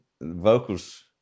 vocals